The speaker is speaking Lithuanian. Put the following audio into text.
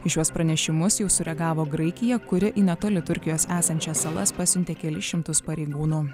į šiuos pranešimus jau sureagavo graikija kuri į netoli turkijos esančias salas pasiuntė kelis šimtus pareigūnų